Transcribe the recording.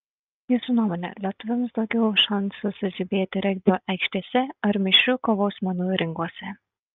jūsų nuomone lietuviams daugiau šansų sužibėti regbio aikštėse ar mišrių kovos menų ringuose